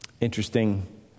Interesting